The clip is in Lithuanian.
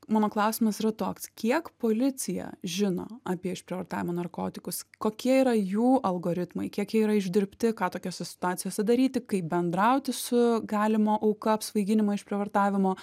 mano klausimas yra toks kiek policija žino apie išprievartavimo narkotikus kokie yra jų algoritmai kiek jie yra išdirbti ką tokiose situacijose daryti kaip bendrauti su galimo auka apsvaiginimo išprievartavimo